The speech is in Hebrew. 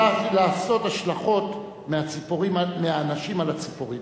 אי-אפשר לעשות השלכות מאנשים על הציפורים.